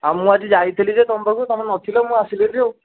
ହଁ ମୁଁ ଆଜି ଯାଇଥିଲି ଯେ ତୁମ ପାଖକୁ ତୁମେ ନଥିଲ ମୁଁ ଆସିଲି ହେରି ଆଉ